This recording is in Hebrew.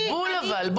בול אבל,